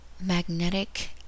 magnetic